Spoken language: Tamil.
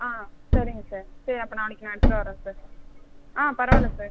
ஆம் சரிங்க சார் சரி அப்போ நாளைக்கு நான் எடுத்துட்டு வரேன் சார் ஆம் பரவாயில்ல சார்